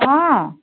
অঁ